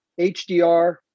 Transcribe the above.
hdr